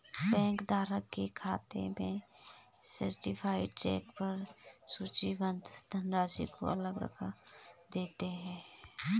bank धारक के खाते में सर्टीफाइड चेक पर सूचीबद्ध धनराशि को अलग रख देते हैं